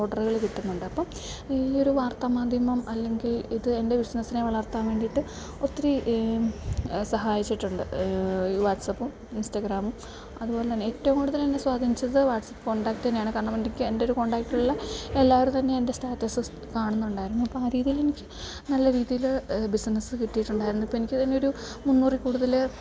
ഓഡറുകൾ കിട്ടുന്നുണ്ട് അപ്പം ഈ ഒരു വാർത്താമാധ്യമം അല്ലെങ്കിൽ ഇത് എൻ്റെ ബിസിനസ്സിനെ വളർത്താൻ വേണ്ടിയിട്ട് ഒത്തിരി സഹായിച്ചിട്ടുണ്ട് ഈ വാട്സപ്പും ഇൻസ്റ്റാഗ്രാമും അതുപോലെ തന്നെ ഏറ്റവും കൂടുതൽ എന്നെ സ്വാധീനിച്ചത് വാട്സപ്പ് കോണ്ടാക്ട് തന്നെയാണ് കാരണം എനിക്ക് എൻറ്റൊരു കോണ്ടാക്റ്റുള്ള എല്ലാവരും തന്നെ എൻ്റെ സ്റ്റാറ്റസ് സ് കാണുന്നുണ്ടായിരുന്നു അപ്പം ആ രീതിയിൽ എനിക്ക് നല്ല രീതിയിൽ ബിസിനസ്സ് കിട്ടിയിട്ടുണ്ടായിരുന്നു ഇപ്പം എനിക്ക് തന്നെയൊരു മുന്നൂറിൽ കൂടുതൽ